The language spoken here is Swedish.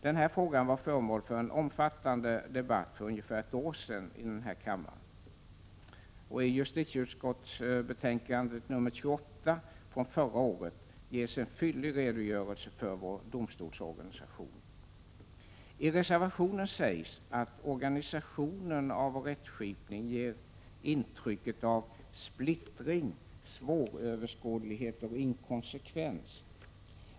Den här frågan var föremål för en omfattande debatt för ungefär ett år sedan här i kammaren. I justitieutskottets betänkande nr 28 från förra året ges en fyllig redogörelse för vår domstolsorganisation. I reservationen sägs att organisationen av vår rättsskipning ger intrycket av splittring, svåröverskådlighet och inkonsekvens.